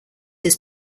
his